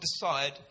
decide